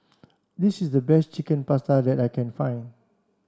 this is the best Chicken Pasta that I can find